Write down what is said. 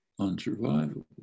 unsurvivable